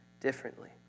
differently